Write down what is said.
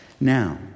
Now